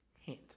Hint